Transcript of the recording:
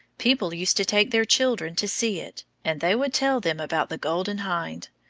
people used to take their children to see it, and they would tell them about the golden hind,